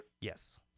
Yes